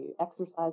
exercise